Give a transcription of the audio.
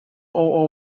all